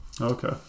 Okay